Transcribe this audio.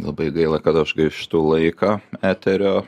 labai gaila kad aš gaištu laiką eterio